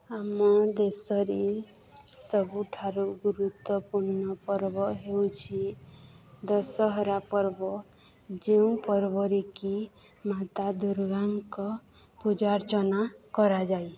ଆମ ଦେଶରେ ସବୁଠାରୁ ଗୁରୁତ୍ୱପୂର୍ଣ୍ଣ ପର୍ବ ହେଉଛି ଦଶହରା ପର୍ବ ଯେଉଁ ପର୍ବରେ କିି ମାତା ଦୂର୍ଗାଙ୍କ ପୂଜା ଅର୍ଚ୍ଚନା କରାଯାଏ